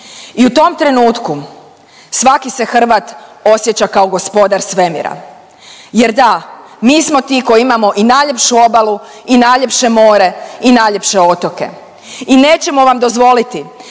I u tom trenutku svaki se Hrvat osjeća kao gospodar svemira jer da mi smo ti koji imamo i najljepšu obalu i najljepše more i najljepše otoke. I nećemo vam dozvoliti